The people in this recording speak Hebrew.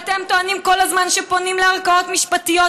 אתם טוענים כל הזמן שפונים לערכאות משפטיות,